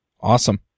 Awesome